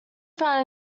found